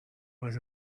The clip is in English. was